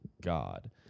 God